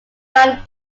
band